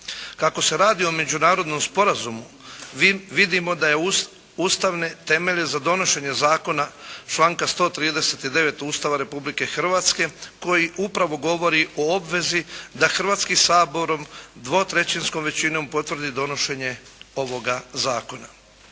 Kako se radi o međunarodnom sporazumu, vidimo da je ustavne temelje za donošenje zakona članka 139. Ustava Republike Hrvatske koji upravo govori o obvezi da Hrvatski sabor dvotrećinskom većinom potvrdi donošenje ovoga zakona.